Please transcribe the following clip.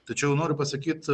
tačiau noriu pasakyt